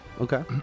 Okay